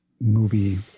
movie